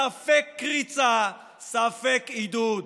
ספק קריצה, ספק עידוד?